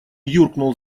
юркнул